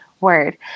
word